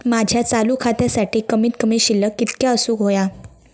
माझ्या चालू खात्यासाठी कमित कमी शिल्लक कितक्या असूक होया?